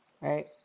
right